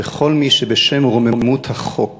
וכל מי שבשם רוממות החוק